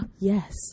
Yes